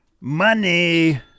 money